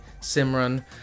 Simran